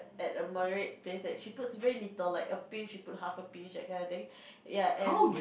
at a moderate taste like she puts very little like a pinch she put half a pinch that kind of thing ya and